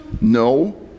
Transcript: No